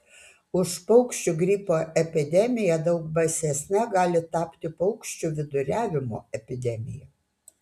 už paukščių gripo epidemiją daug baisesne gali tapti paukščių viduriavimo epidemija